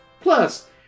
Plus